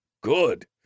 good